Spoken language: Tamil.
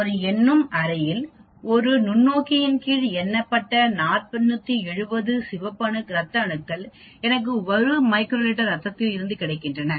ஒரு எண்ணும் அறையில் ஒரு நுண்ணோக்கின் கீழ் எண்ணப்பட்ட 470 சிவப்பு ரத்த அணுக்கள் எனக்கு 1 மைக்ரோ லிட்டர் ரத்தத்தில் இருந்து கிடைத்துள்ளன